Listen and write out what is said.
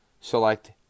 select